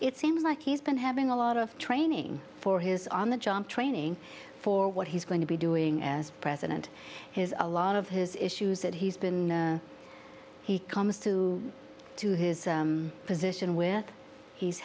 it seems like he's been having a lot of training for his on the job training for what he's going to be doing as president has a lot of his issues that he's been he comes to to his position with he's